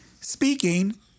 speaking